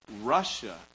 Russia